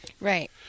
Right